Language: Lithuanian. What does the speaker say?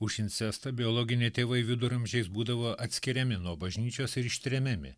už insestą biologiniai tėvai viduramžiais būdavo atskiriami nuo bažnyčios ir ištremiami